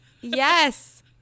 Yes